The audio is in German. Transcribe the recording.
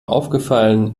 aufgefallen